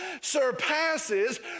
surpasses